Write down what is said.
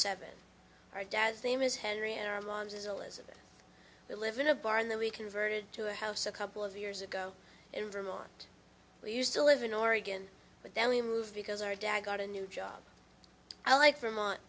seven our dad's name is henry and our mom's is elizabeth we live in a bar louis converted to a house a couple of years ago in vermont we used to live in oregon but then we moved because our dad got a new job i like vermont